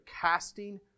casting